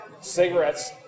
cigarettes